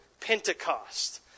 Pentecost